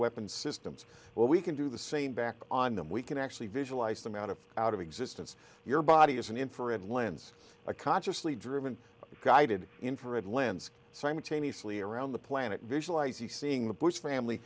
weapon systems where we can do the same back on them we can actually visualize them out of out of existence your body is an infrared lens a consciously driven guided infrared lens simultaneously around the planet visualize you seeing the bush family